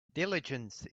diligence